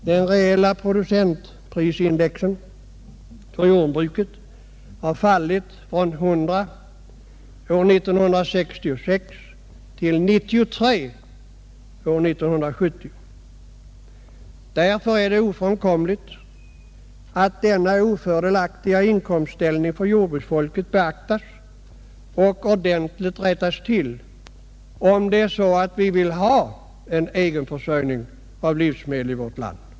Det reala producentprisindex för jordbruket har fallit från 100 år 1966 till 93 är 1970. Därför är det ofrånkomligt att denna ofördelaktiga inkomstsituation för jordbrukarna beaktas och ordentligt rättas till om vi vill ha en egenförsörjning av livsmedel i vårt land.